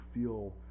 feel